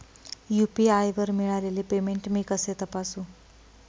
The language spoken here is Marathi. यू.पी.आय वर मिळालेले पेमेंट मी कसे तपासू?